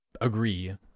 agree